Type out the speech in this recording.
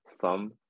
thumb